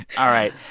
all right,